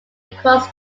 across